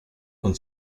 con